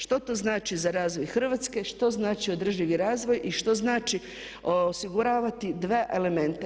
Što to znači za razvoj Hrvatske, što znači održivi razvoj i što znači osiguravati dva elementa.